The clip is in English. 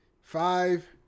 five